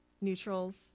neutrals